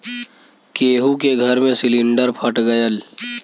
केहु के घर मे सिलिन्डर फट गयल